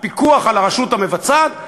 הפיקוח על הרשות המבצעת,